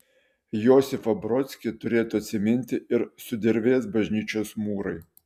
josifą brodskį turėtų atsiminti ir sudervės bažnyčios mūrai